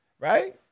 right